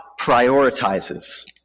prioritizes